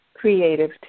creative